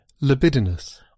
Libidinous